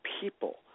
people